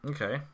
Okay